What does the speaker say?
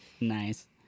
Nice